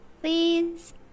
Please